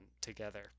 together